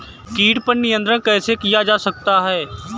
कीट पर नियंत्रण कैसे किया जा सकता है?